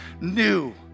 new